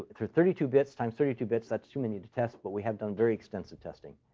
for thirty two bits times thirty two bits that's too many to test, but we have done very extensive testing.